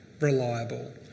reliable